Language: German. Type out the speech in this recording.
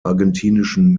argentinischen